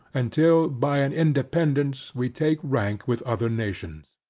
until, by an independance, we take rank with other nations.